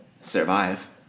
survive